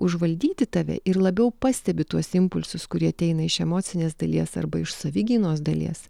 užvaldyti tave ir labiau pastebi tuos impulsus kurie ateina iš emocinės dalies arba iš savigynos dalies